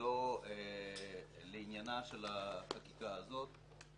ולא לעניינה של החקיקה הזאת,